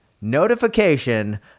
notification